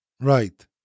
Right